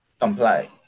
comply